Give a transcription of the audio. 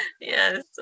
Yes